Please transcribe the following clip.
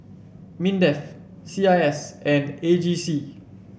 Mindef C I S and A G C